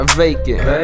vacant